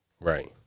Right